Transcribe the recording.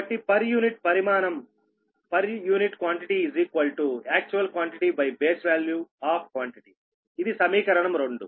కాబట్టి per unit పరిమాణం per unit quantity actual quantitybase value of quantity ఇది సమీకరణం 2